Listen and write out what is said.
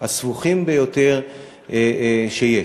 הסבוכים ביותר שיש.